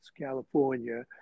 California